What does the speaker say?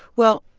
well,